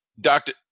doctor